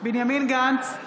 בנימין גנץ,